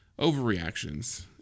overreactions